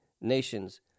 nations